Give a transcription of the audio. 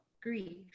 grief